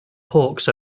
hawks